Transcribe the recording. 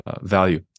value